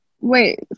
wait